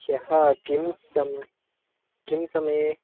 ह्यः किं समये कस्मिन् समये